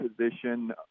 position